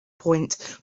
point